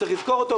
צריך לזכור אותו,